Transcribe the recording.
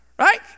Right